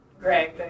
Greg